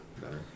better